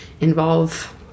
involve